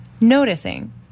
noticing